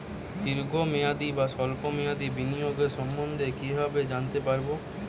দীর্ঘ মেয়াদি বা স্বল্প মেয়াদি বিনিয়োগ সম্বন্ধে কীভাবে জানতে পারবো?